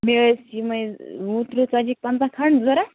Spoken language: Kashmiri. مےٚ ٲسۍ یِمٔے ٲں وُہ تٕرہ ژَتجی پَنٛژاہ کھٔنٛڈ ضروٗرت